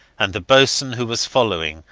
and the boatswain, who was following,